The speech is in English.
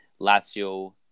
lazio